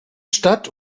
stadt